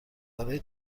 برای